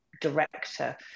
director